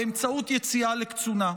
באמצעות יציאה לקצונה.